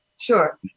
Sure